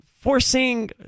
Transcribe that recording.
forcing